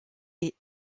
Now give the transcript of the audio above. est